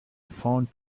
found